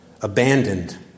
abandoned